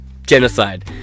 genocide